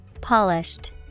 Polished